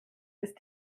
ist